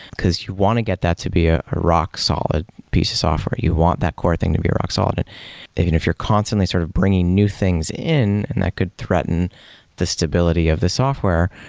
because you want to get that to be a ah rock solid piece of software. you want that core thing to be rock solid. and even if you're constantly sort of bringing new things in, and that could threaten the stability of the software,